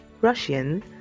Russian